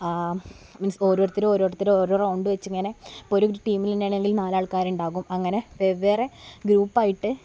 means ഓരോരുത്തർ ഓരോരുത്തർ ഓരോ റൗണ്ട് വച്ച് ഇങ്ങനെ ഇപ്പോൾ ഒരു ടീമിൽ തന്നെ ആണെങ്കിൽ നാല് ആൾക്കാർ ഉണ്ടാകും അങ്ങനെ വെവ്വേറെ ഗ്രൂപ്പായിട്ട്